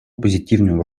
позитивную